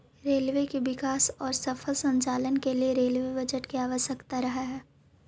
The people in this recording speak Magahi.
रेलवे के विकास औउर सफल संचालन के लिए रेलवे बजट के आवश्यकता रहऽ हई